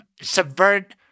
subvert